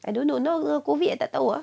I don't know now err COVID I tak tahu ah